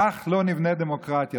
כך לא נבנית דמוקרטיה.